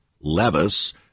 Levis